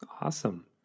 Awesome